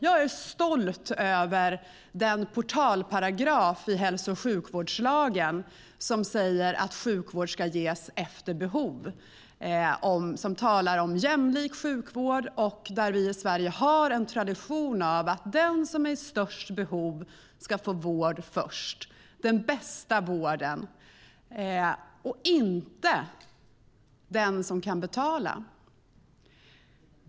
Jag är stolt över den portalparagraf i hälso och sjukvårdslagen som säger att sjukvård ska ges efter behov. Den talar om jämlik sjukvård. I Sverige har vi traditionen att den som är i störst behov av vård ska få vård först, den bästa vården, och inte den som kan betala.